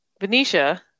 venetia